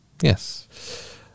Yes